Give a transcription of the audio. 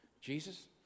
Jesus